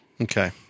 Okay